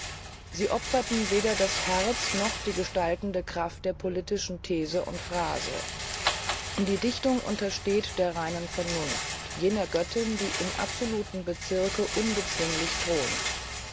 sie opferten weder das herz noch die gestaltende kraft der politischen these und phrase die dichtung untersteht der reinen vernunft jener göttin die im absoluten bezirke unbezwinglich thront